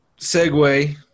segue